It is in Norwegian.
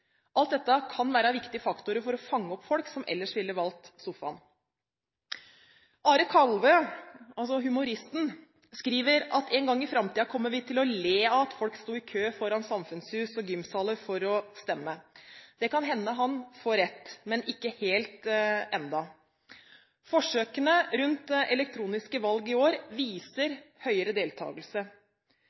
Alt dette kan være viktige faktorer for å fange opp folk som ellers ville valgt sofaen. Humoristen Are Kalvø skriver at en gang i framtiden kommer vi til å le av at folk sto i kø foran samfunnshus og gymsaler for å stemme. Det kan hende han får rett, men ikke helt enda. Forsøkene rundt elektroniske valg i år viser høyere deltakelse.